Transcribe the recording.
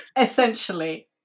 Essentially